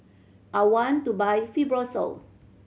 I want to buy Fibrosol